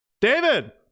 David